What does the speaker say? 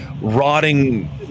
rotting